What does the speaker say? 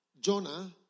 Jonah